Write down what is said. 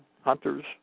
hunters